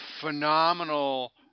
phenomenal